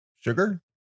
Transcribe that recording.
Sugar